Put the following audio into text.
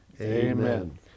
Amen